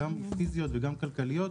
גם פיזיות וגם כלכליות,